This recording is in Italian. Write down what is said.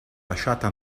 lasciata